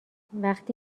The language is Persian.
وقتی